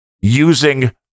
using